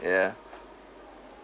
ya